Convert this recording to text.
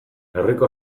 herriko